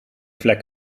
vlek